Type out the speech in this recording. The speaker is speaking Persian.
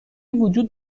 وجود